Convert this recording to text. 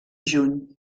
juny